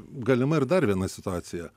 galima ir dar viena situacija